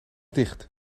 dicht